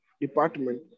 department